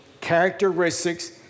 characteristics